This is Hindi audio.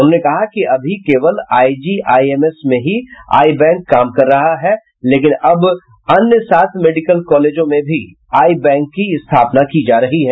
उन्होंने कहा कि अभी केवल आईजीआईएमएस में ही आई बैंक काम कर रहा है लेकिन अब अन्य सात मेडिकल कॉलेजों में भी आई बैंक की स्थापना की जा रही है